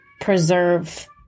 preserve